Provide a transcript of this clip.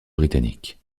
britannique